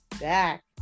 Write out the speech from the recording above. back